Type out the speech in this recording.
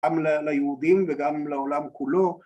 ‫גם ליהודים וגם לעולם כולו.